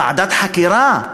ועדת חקירה?